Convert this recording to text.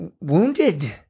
wounded